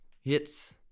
hits